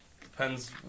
depends